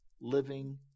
living